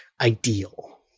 ideal